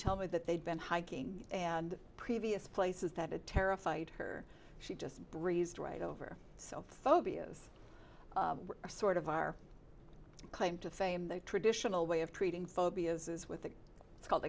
tell me that they'd been hiking and previous places that had terrified her she just breezed right over so phobias are sort of our claim to fame the traditional way of treating phobias is with that it's called